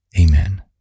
Amen